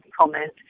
comment